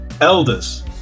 elders